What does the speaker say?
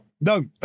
No